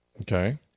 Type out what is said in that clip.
Okay